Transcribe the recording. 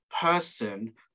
person